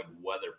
weather